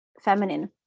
feminine